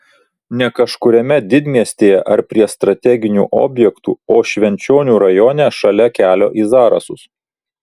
ne kažkuriame didmiestyje ar prie strateginių objektų o švenčionių rajone šalia kelio į zarasus